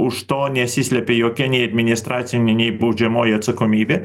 už to nesislepia jokia nei administracinė nei baudžiamoji atsakomybė